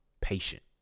patient